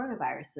coronaviruses